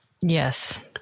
Yes